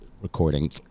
recording